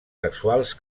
sexuals